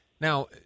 Now